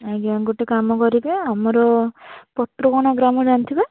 ଆଜ୍ଞା ଗୋଟେ କାମ କରିବେ ଆମର ପତ୍ରଗଣା ଗ୍ରାମ ଜାଣିଥିବେ